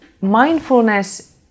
mindfulness